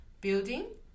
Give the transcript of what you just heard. building